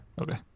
Okay